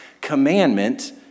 commandment